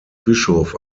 bischof